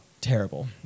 Terrible